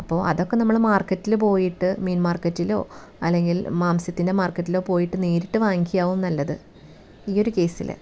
അപ്പോൾ അതൊക്കെ നമ്മൾ മാർക്കറ്റിൽ പോയിട്ട് മീൻ മാർക്കറ്റിലോ അല്ലെങ്കിൽ മാംസ്യത്തിൻ്റെ മാർക്കറ്റിലോ പോയിട്ട് നേരിട്ട് വാങ്ങിക്യയാവും നല്ലത് ഈ ഒരു കേസ്സിൽ